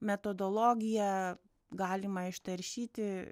metodologiją galima ištaršyti